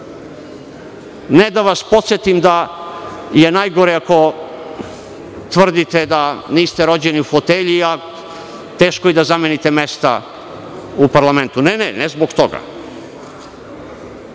ne da vas podsetim da je najgore ako tvrdite da niste rođeni u fotelji, a teško je i da zamenite mesta u parlamentu. Ne, ne zbog toga.